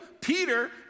Peter